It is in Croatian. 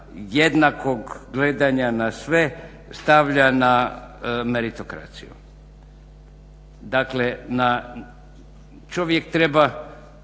jednakog gledanja na sve stavlja na meritokraciju. Dakle na čovjek treba